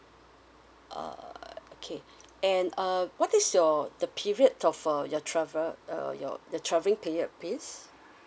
err okay and uh what is your the period of uh your travel uh your the travelling period please